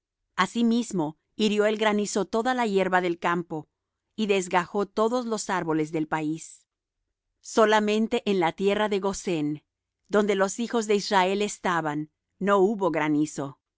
asimismo hirió el granizo toda la hierba del campo y desgajó todos los árboles del país solamente en la tierra de gosén donde los hijos de israel estaban no hubo granizo